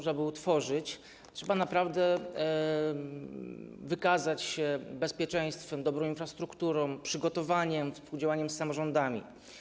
Żeby utworzyć kąpielisko, trzeba naprawdę wykazać się bezpieczeństwem, dobrą infrastrukturą, przygotowaniem, współdziałaniem z samorządami.